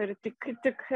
ir tik tik